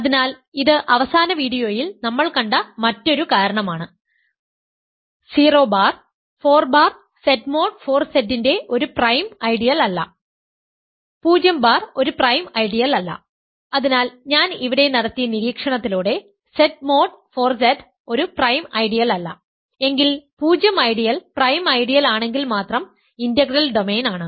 അതിനാൽ ഇത് അവസാന വീഡിയോയിൽ നമ്മൾ കണ്ട മറ്റൊരു കാരണമാണ് 0 bar 4 bar Z mod 4Z ൻറെ ഒരു പ്രൈം ഐഡിയൽ അല്ല 0 ബാർ ഒരു പ്രൈം ഐഡിയലല്ല അതിനാൽ ഞാൻ ഇവിടെ നടത്തിയ നിരീക്ഷണത്തിലൂടെ Z മോഡ് 4Z ഒരു പ്രൈം ഐഡിയലല്ല എങ്കിൽ 0 ഐഡിയൽ പ്രൈം ഐഡിയൽ ആണെങ്കിൽ മാത്രം ഇന്റഗ്രൽ ഡൊമെയ്ൻ ആണ്